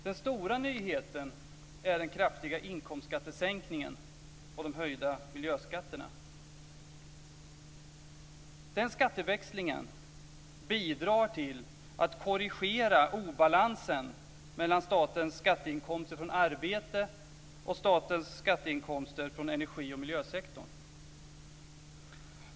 Den stora nyheten är den kraftiga inkomstskattesänkningen och de höjda miljöskatterna. Denna skatteväxling bidrar till att korrigera obalansen mellan statens skatteinkomster från arbete och statens skatteinkomster från energi och miljösektorn.